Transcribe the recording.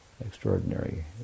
Extraordinary